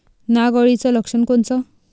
नाग अळीचं लक्षण कोनचं?